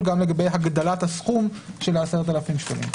גם לגבי הגדלת הסכום של ה-10,000 שקלים.